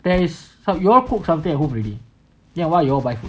there is you all cook something at home already then what you all buy for